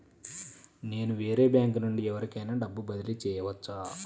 నేను వేరే బ్యాంకు నుండి ఎవరికైనా డబ్బు బదిలీ చేయవచ్చా?